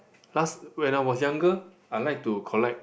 last when I was younger I like to collect